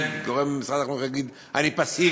יאסר ערפאת הוא דמות פלסטינית בהיסטוריה של העם הפלסטיני,